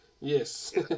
Yes